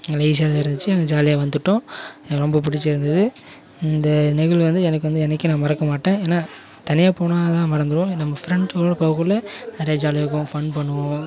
எங்களுக்கு ஈஸியாக தான் இருந்துச்சு நாங்கள் ஜாலியாக வந்துவிட்டோம் எனக்கு ரொம்ப பிடிச்சிருந்துது இந்த நிகழ்வு வந்து எனக்கு வந்து என்றைக்கும் நான் மறக்க மாட்டேன் ஏன்னால் தனியாக போனால்தான் மறந்துடுவோம் நம்ம ஃப்ரெண்ட்ஸுகளோடு போகக்குள்ள நிறையா ஜாலியாக இருக்குவோம் ஃபன் பண்ணுவோம்